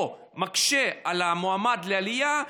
או מקשה על המועמד לעלייה?